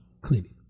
cleaning